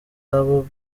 abo